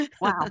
Wow